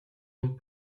ont